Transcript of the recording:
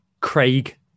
Craig